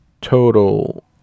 total